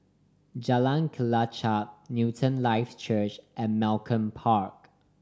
Jalan Kelichap Newton Life Church and Malcolm Park